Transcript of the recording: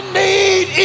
need